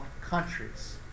countries